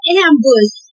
ambush